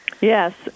Yes